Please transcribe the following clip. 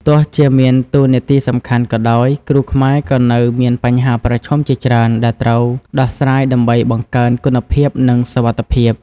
ទោះជាមានតួនាទីសំខាន់ក៏ដោយ គ្រូខ្មែរក៏នៅមានបញ្ហាប្រឈមជាច្រើនដែលត្រូវដោះស្រាយដើម្បីបង្កើនគុណភាពនិងសុវត្ថិភាព។